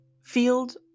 field